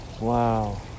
Wow